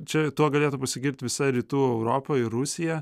čia tuo galėtų pasigirti visa rytų europa ir rusija